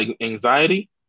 anxiety